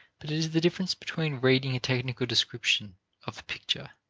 but it is the difference between reading a technical description of a picture,